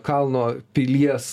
kalno pilies